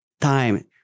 Time